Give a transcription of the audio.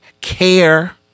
care